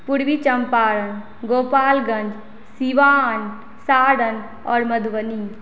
पूर्वी चम्पारण गोपालगञ्ज सिवान सारन आओर मधुबनी